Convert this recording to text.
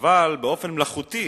אבל באופן מלאכותי